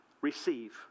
receive